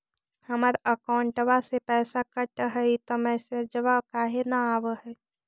हमर अकौंटवा से पैसा कट हई त मैसेजवा काहे न आव है?